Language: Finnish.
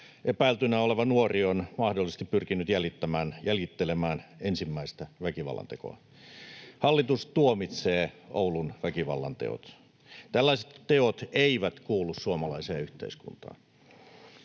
epäiltynä oleva nuori on mahdollisesti pyrkinyt jäljittelemään ensimmäistä väkivallantekoa. Hallitus tuomitsee Oulun väkivallanteot. Tällaiset teot eivät kuulu suomalaiseen yhteiskuntaan.